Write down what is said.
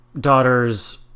daughter's